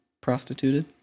prostituted